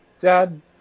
Dad